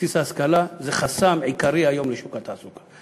בסיס ההשכלה, זה חסם עיקרי היום בשוק התעסוקה.